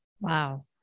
Wow